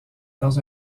dans